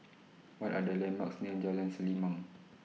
What Are The landmarks near Jalan Selimang